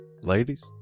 ladies